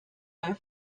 bei